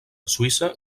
suïssa